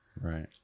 Right